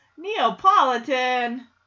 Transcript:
Neapolitan